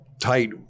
Tight